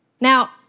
Now